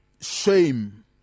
shame